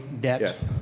debt